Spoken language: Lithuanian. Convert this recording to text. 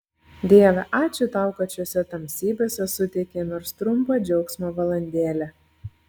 dieve ačiū tau kad šiose tamsybėse suteikei nors trumpą džiaugsmo valandėlę